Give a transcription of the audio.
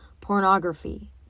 pornography